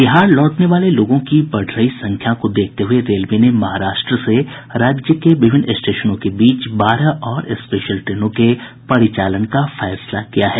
बिहार लौटने वाले लोगों की बढ़ रही संख्या को देखते हुये रेलवे ने महाराष्ट्र से राज्य के विभिन्न स्टेशनों के बीच बारह और स्पेशल ट्रेनों के परिचालन का फैसला किया है